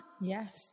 Yes